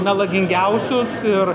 melagingiausius ir